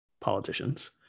politicians